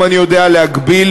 אם אני יודע להגביל,